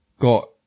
got